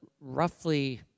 roughly